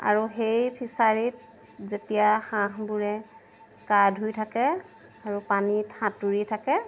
আৰু সেই ফিচাৰীত যেতিয়া হাঁহবোৰে গা ধুই থাকে আৰু পানীত সাঁতুৰি থাকে